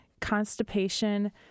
Constipation